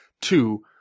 Two